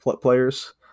players